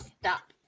stop